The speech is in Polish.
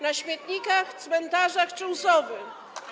Na śmietnikach, cmentarzach czy u Sowy?